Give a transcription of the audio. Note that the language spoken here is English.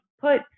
put